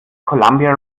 columbia